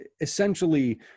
essentially